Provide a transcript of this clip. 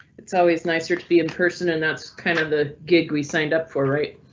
it's always nicer to be in person and that's kind of the gig. we signed up for, right?